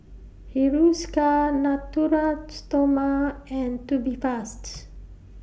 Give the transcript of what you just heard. Hiruscar Natura Stoma and Tubifast